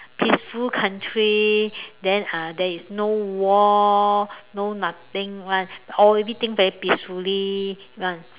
peaceful country then uh there is no war no nothing [one] all everything very peacefully [one]